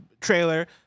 trailer